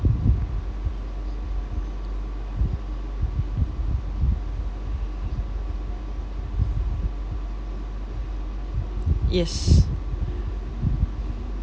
yes